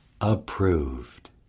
approved